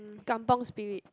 Kampung Spirit